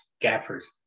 gaffers